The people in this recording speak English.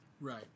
Right